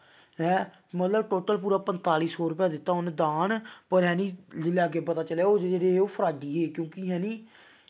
ऐं मतलब टोटल पूरा पंताली सौ रपेआ दित्ता उं'नें दान पता निं जिल्लै अग्गै पता चलेआ ओह् कोई फराड्डी हे क्योंकि जानि